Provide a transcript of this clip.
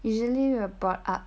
usually we're brought up